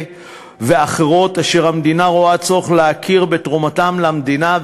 ואחרות שהמדינה רואה צורך להכיר בתרומתן למדינה,